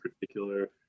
particular